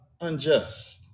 unjust